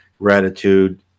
gratitude